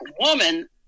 woman